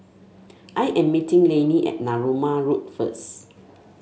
I am meeting Lannie at Narooma Road first